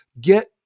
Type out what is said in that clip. get